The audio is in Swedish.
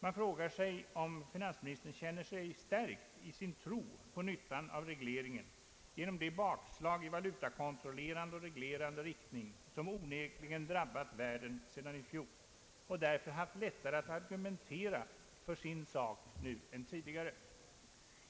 Man frågar sig om finansministern känner sig stärkt i sin tro på nyttan av regleringen genom de bakslag i valutakontrollerande och reglerande riktning som onekligen drabbat världen sedan i fjol och därför haft lättare att argumentera för sin sak nu än tidigare.